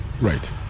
Right